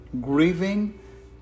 grieving